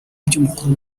by’umukuru